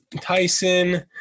Tyson